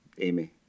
Amy